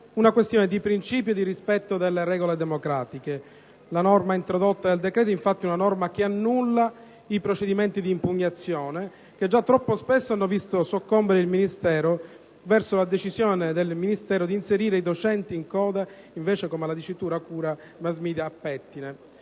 una questione di principio e di rispetto delle regole democratiche. La norma introdotta dal decreto è, infatti, una norma che annulla i procedimenti di impugnazione, che già troppo spesso hanno visto soccombere il Ministero, rispetto alla sua decisione di inserire i docenti in coda invece che attraverso la procedura,